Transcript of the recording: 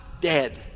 dead